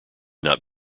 not